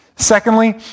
Secondly